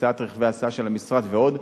הקצאת רכבי הסעה של המשרד ועוד.